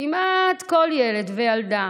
כמעט כל ילד וילדה,